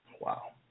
Wow